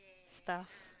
stuffs